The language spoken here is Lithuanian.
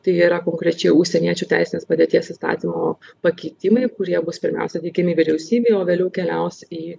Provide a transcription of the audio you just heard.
tai yra konkrečiai užsieniečių teisinės padėties įstatymo pakeitimai kurie bus pirmiausia teikiami vyriausybei o vėliau keliaus į